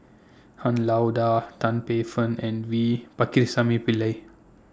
Han Lao DA Tan Paey Fern and V Pakirisamy Pillai